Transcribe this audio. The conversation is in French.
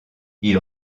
ils